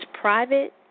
private